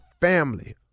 family